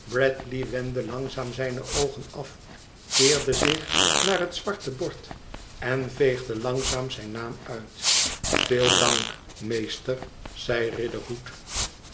langzaam zijne oogen af keerde zich naar het zwarte bord en veegde langzaam zijn naam uit t veel dank meester zei